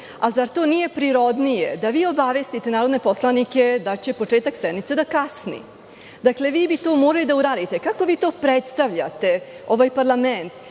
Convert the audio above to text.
Zar to nije prirodnije da vi obavestite narodne poslanike da će početak sednice da kasni? Dakle, vi bi to morali da uradite. Kako vi to predstavljate ovaj parlament,